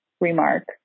remark